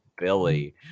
Billy